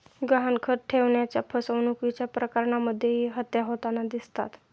गहाणखत ठेवण्याच्या फसवणुकीच्या प्रकरणांमध्येही हत्या होताना दिसतात